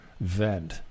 vent